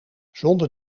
zonder